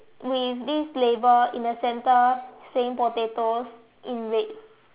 with this label in the center saying potatoes in red